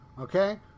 Okay